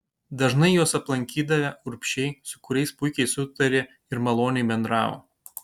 dažnai juos aplankydavę urbšiai su kuriais puikiai sutarė ir maloniai bendravo